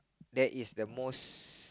that is the most